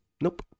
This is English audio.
nope